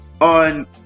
on